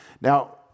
Now